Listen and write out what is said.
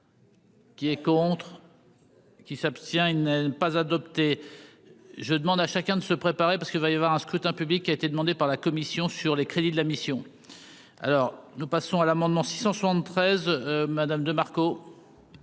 Qui est contre. Qui s'abstient, il n'est pas adopté, je demande à chacun de se préparer, parce qu'il va y avoir un scrutin public qui a été demandée par la Commission sur les crédits de la mission alors, nous passons à l'amendement 673 Madame de Marco.